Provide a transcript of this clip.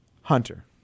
Hunter